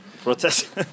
protest